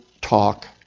talk